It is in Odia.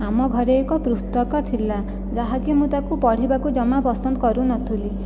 ଆମ ଘରେ ଏକ ପ୍ରୁସ୍ତକ ଥିଲା ଯାହାକି ମୁଁ ତାକୁ ପଢ଼ିବାକୁ ଜମା ପସନ୍ଦ କରୁନଥୁଲି